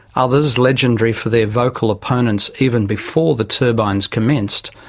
ah others, legendary for their vocal opponents even before the turbines commenced,